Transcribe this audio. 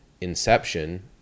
inception